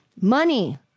money